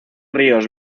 ríos